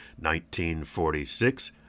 1946